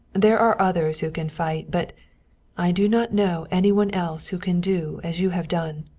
there are others who can fight, but i do not know any one else who can do as you have done.